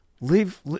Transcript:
leave